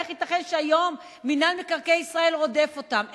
איך ייתכן שהיום מינהל מקרקעי ישראל רודף אותם?